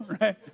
right